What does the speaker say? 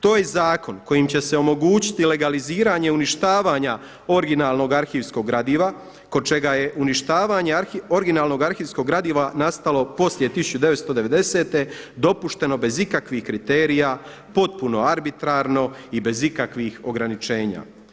To je i zakon kojim će se omogućiti legaliziranje uništavanja originalnog arhivskog gradiva kod čega je uništavanje originalnog arhivskog gradiva nastalo poslije 1990. dopušteno bez ikakvih kriterija, potpuno arbitrarno i bez ikakvih ograničenja.